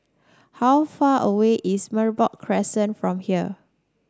how far away is Merbok Crescent from here